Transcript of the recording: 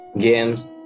games